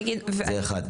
זה אחד.